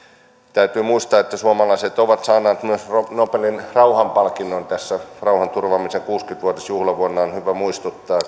täytyy muistaa että suomalaiset ovat saaneet myös nobelin rauhanpalkinnon tässä rauhanturvaamisen kuusikymmentä vuotisjuhlavuonna on hyvä muistuttaa